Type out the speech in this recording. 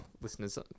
Listeners